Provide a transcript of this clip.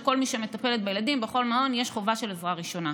ועל כל מי שמטפלת בילדים בכל מעון יש חובה של עזרה ראשונה.